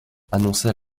annonçait